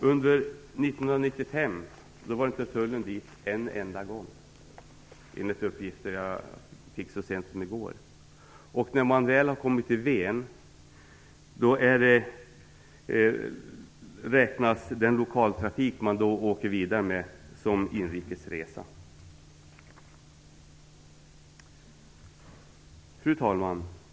Under 1995 var inte tullen där en enda gång, enligt uppgifter jag fick så sent som i går. När man väl har kommit till Ven räknas resor med den lokaltrafik man sedan åker vidare med som inrikes. Fru talman!